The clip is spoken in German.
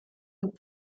und